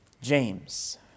James